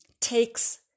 takes